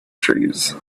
trees